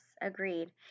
agreed